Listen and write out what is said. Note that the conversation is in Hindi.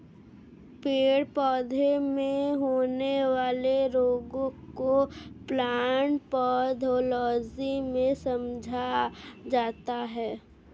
पेड़ पौधों में होने वाले रोगों को प्लांट पैथोलॉजी में समझा जाता है